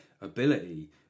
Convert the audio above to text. ability